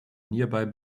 nearby